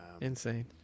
Insane